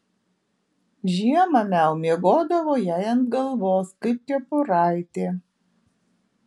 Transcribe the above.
žiemą miau miegodavo jai ant galvos kaip kepuraitė